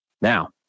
Now